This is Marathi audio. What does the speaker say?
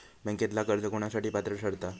बँकेतला कर्ज कोणासाठी पात्र ठरता?